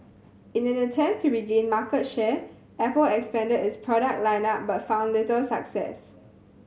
in an attempt to regain market share Apple expanded its product line up but found little success